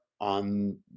on